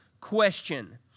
question